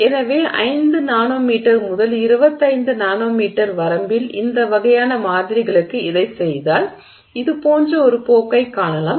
எனவே 5 nanometre முதல் 25 nanometre வரம்பில் இந்த வகையான மாதிரிகளுக்கு இதைச் செய்தால் இது போன்ற ஒரு போக்கைக் காணலாம்